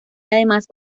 además